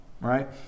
right